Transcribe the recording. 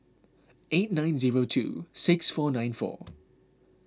eight nine zero two six four nine four